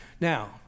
Now